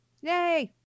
Yay